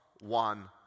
one